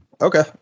Okay